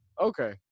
Okay